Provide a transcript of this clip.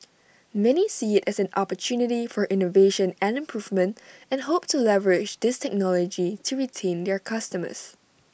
many see IT as an opportunity for innovation and improvement and hope to leverage this technology to retain their customers